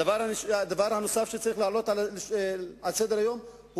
הדבר הנוסף שצריך להעלות על סדר-היום הוא